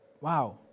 Wow